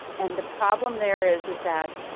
and the problem there is is that